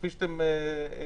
כפי שאתם רואים,